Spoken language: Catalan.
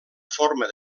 forma